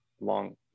long